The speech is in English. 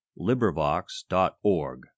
LibriVox.org